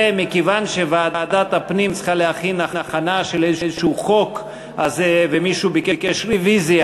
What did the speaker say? ומכיוון שוועדת הפנים צריכה להכין איזשהו חוק ומישהו ביקש רוויזיה,